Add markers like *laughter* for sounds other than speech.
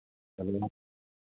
*unintelligible*